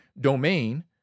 domain